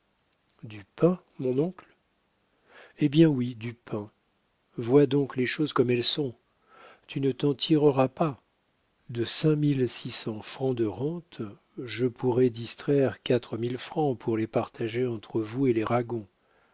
du pain mon oncle eh bien oui du pain vois donc les choses comme elles sont tu ne t'en tireras pas de cinq mille six cents francs de rentes je pourrai distraire quatre mille francs pour les partager entre vous et les ragon